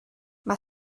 mae